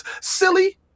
Silly